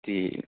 ਅਤੇ